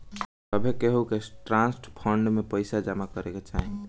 सभे केहू के ट्रस्ट फंड में पईसा जमा करे के चाही